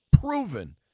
proven